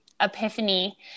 epiphany